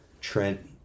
Trent